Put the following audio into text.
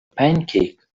pancake